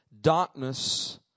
Darkness